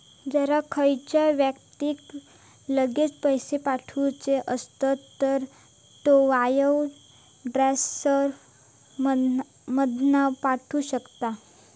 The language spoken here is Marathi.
जर खयच्या व्यक्तिक लगेच पैशे पाठवुचे असत तर तो वायर ट्रांसफर मधना पाठवु शकता